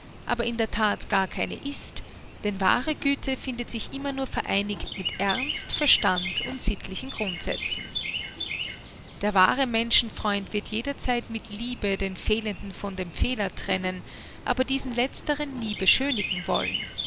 aber in der that gar keine ist denn wahre güte findet sich immer nur vereinigt mit ernst verstand und sittlichen grundsätzen der wahre menschenfreund wird jederzeit mit liebe den fehlenden von dem fehler trennen aber diesen letzteren nie beschönigen wollen